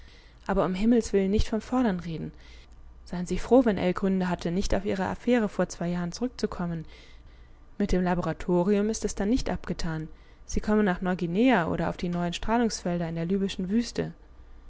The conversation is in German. aber um himmels willen nicht vom fordern reden seien sie froh wenn ell gründe hat nicht auf ihre affäre vor zwei jahren zurückzukommen mit dem laboratorium ist es dann nicht abgetan sie kommen nach neu-guinea oder auf die neuen strahlungsfelder in der libyschen wüste